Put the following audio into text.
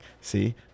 See